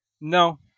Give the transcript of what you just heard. No